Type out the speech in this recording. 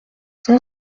cent